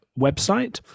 website